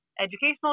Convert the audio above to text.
educational